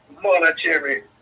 monetary